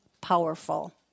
powerful